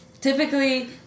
Typically